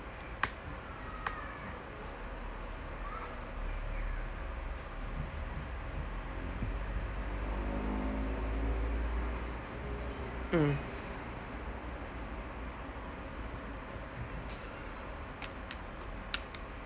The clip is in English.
mm